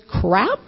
crap